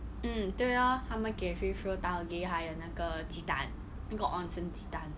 mm 对呀他们给 free flow taugeh 还有那个鸡蛋那个 onsen 鸡蛋